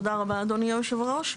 תודה רבה, אדוני היושב-ראש.